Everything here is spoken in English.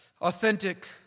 Authentic